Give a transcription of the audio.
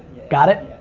got it?